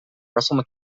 russell